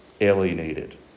alienated